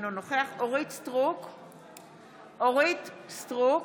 אינו נוכח אורית מלכה סטרוק,